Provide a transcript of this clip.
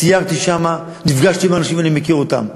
סיירתי שם, נפגשתי עם אנשים, אני מכיר אותם.